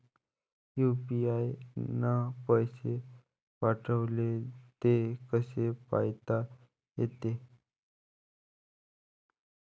UPI न पैसे पाठवले, ते कसे पायता येते?